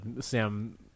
Sam